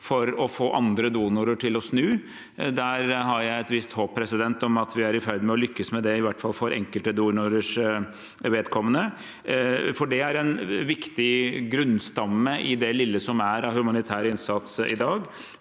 for å få andre donorer til å snu. Der har jeg et visst håp om at vi er i ferd med å lykkes med det, i hvert fall for enkelte donorers vedkommende, for det er en viktig grunnstamme i det lille som er av humanitær innsats i dag.